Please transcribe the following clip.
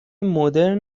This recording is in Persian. مدرن